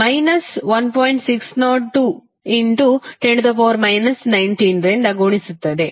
60210 19 ರಿಂದ ಗುಣಿಸುತ್ತದೆ